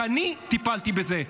כי אני טיפלתי בזה,